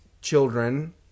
children